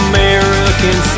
American